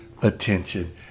attention